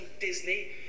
Disney